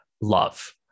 love